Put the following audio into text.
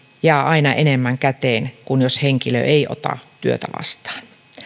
jää aina enemmän käteen kuin jos henkilö ei ota työtä vastaan